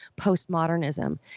postmodernism